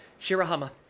Shirahama